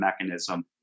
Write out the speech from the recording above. mechanism